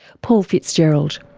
paul fitzgerald.